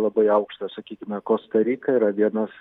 labai aukštą sakykime kosta rika yra vienas